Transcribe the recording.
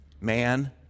Man